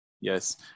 Yes